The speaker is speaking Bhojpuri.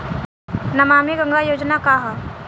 नमामि गंगा योजना का ह?